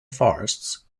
forests